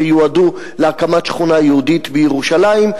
שיועדו להקמת שכונה יהודית בירושלים.